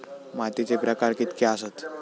मातीचे प्रकार कितके आसत?